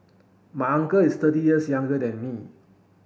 my uncle is thirty years younger than me